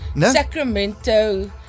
Sacramento